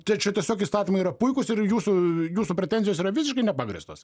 tai čia tiesiog įstatymai yra puikūs ir jūsų jūsų pretenzijos yra visiškai nepagrįstos